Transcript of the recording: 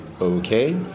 okay